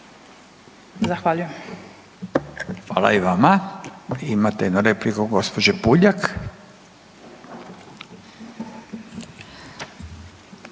(Nezavisni)** Hvala i vama. Imate jednu repliku gospođe Puljak.